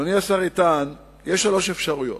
אדוני השר איתן, יש שלוש אפשרויות.